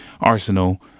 Arsenal